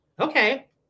Okay